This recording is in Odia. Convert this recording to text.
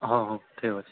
ହଉ ହଉ ଠିକ୍ ଅଛେ